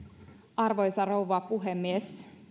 arvoisa rouva puhemies